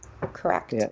Correct